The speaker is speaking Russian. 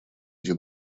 эти